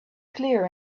clear